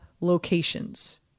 locations